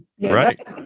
right